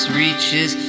reaches